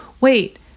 wait